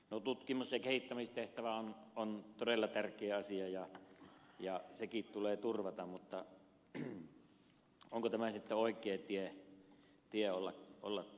no tutkimus ja kehittämistehtävä on todella tärkeä asia ja sekin tulee turvata mutta onko tämä sitten oikea tie olla rahaa kerjäämässä